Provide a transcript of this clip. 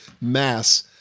mass